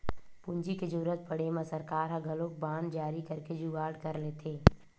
पूंजी के जरुरत पड़े म सरकार ह घलोक बांड जारी करके जुगाड़ कर लेथे